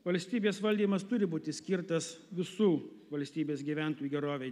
valstybės valdymas turi būti skirtas visų valstybės gyventojų gerovei